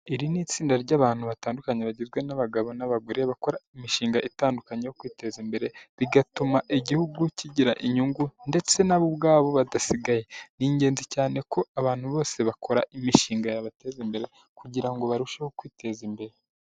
Iri ni itsinda ry'abantu batandukanye bagizwe n'abagabo n'abagore bakora imishinga itandukanye yo kwiteza imbere, bigatuma igihugu kigira inyungu ndetse na bo ubwabo badasigaye. Ni ingenzi cyane ko abantu bose bakora imishinga yabateza imbere kugira ngo barusheho kwiteza imbere.